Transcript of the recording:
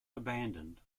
abandoned